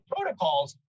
protocols